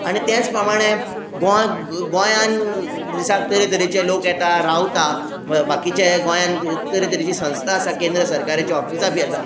आनी तेच प्रमाणें गोंय गोंयांत दिसाक तरेतरेचे लोक येता रावता बाकीचे गोंयांत तरेतरेची संस्था आसा केंद्र सरकाराचीं ऑफिसां बी आसा